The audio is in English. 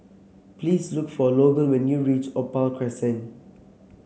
please look for Logan when you reach Opal Crescent